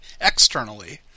externally